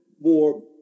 more